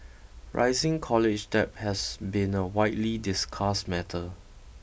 rising college debt has been a widely discussed matter